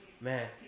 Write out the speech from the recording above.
man